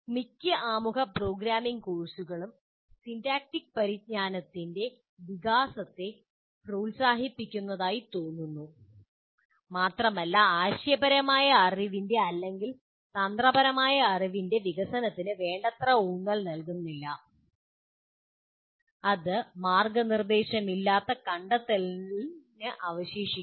മിക്ക ആമുഖ പ്രോഗ്രാമിംഗ് കോഴ്സുകളും സിന്റാക്റ്റിക് പരിജ്ഞാനത്തിന്റെ വികാസത്തെ പ്രോത്സാഹിപ്പിക്കുന്നതായി തോന്നുന്നു മാത്രമല്ല ആശയപരമായ അറിവിന്റെ അല്ലെങ്കിൽ തന്ത്രപരമായ അറിവിന്റെ വികസനത്തിന് വേണ്ടത്ര ഊന്നൽ നൽകുന്നില്ല അത് മാർഗനിർദേശമില്ലാത്ത കണ്ടെത്തലിന് അവശേഷിക്കുന്നു